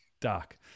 dark